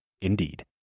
Indeed